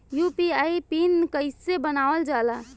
UPI PIN कइसे बनावल जाला?